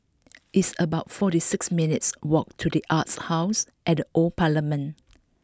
It's about forty six minutes' walk to The Arts House at Old Parliament